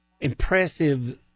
impressive